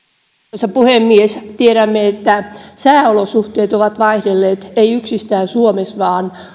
arvoisa puhemies tiedämme että sääolosuhteet ovat vaihdelleet ei yksistään suomessa vaan